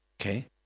Okay